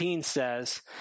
says